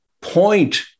point